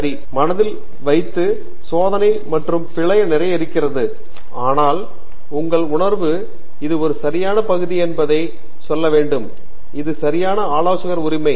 சரி மனதில் வைத்து சோதனை மற்றும் பிழை நிறைய இருக்கிறது ஆனால் உங்கள் உணர்வு இது ஒரு சரியான பகுதி என்பதை நீங்கள் சொல்லும் இது சரியான ஆலோசகர் உரிமை